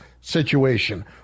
Situation